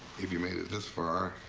if you made it this far,